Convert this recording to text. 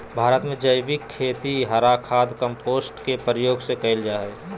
भारत में जैविक खेती हरा खाद, कंपोस्ट के प्रयोग से कैल जा हई